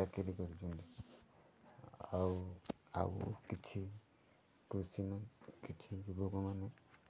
ଚାକିରି କରିଛନ୍ତି ଆଉ ଆଉ କିଛି କୃଷି କିଛି ଯୁବକମାନେ